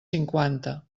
cinquanta